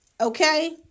okay